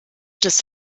des